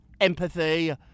empathy